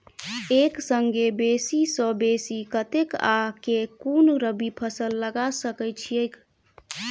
एक संगे बेसी सऽ बेसी कतेक आ केँ कुन रबी फसल लगा सकै छियैक?